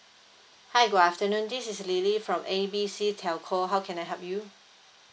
hi good afternoon this is lily from A B C telco how can I help you